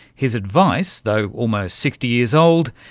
his advice, though almost sixty years old,